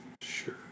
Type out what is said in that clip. sure